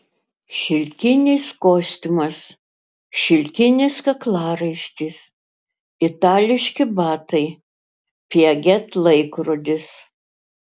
šilkinis kostiumas šilkinis kaklaraištis itališki batai piaget laikrodis